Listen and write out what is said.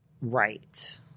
Right